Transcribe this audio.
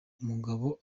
umugabo